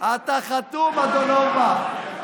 אתה חתום אדון אורבך.